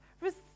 receive